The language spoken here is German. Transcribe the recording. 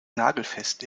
nagelfest